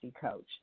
coach